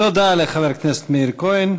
תודה לחבר הכנסת מאיר כהן.